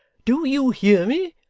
do you hear me?